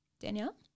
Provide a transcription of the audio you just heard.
Danielle